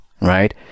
right